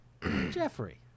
Jeffrey